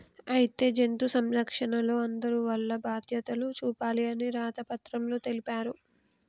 అయితే జంతు సంరక్షణలో అందరూ వాల్ల బాధ్యతలు చూపాలి అని రాత పత్రంలో తెలిపారు